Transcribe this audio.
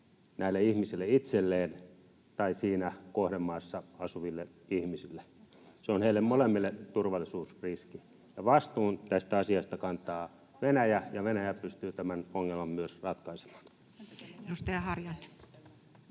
näille ihmisille itselleen tai siinä kohdemaassa asuville ihmisille. Se on heille molemmille turvallisuusriski. [Atte Harjanne pyytää vastauspuheenvuoroa] Vastuun tästä asiasta kantaa Venäjä, ja Venäjä pystyy tämän ongelman myös ratkaisemaan. Edustaja Harjanne.